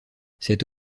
cette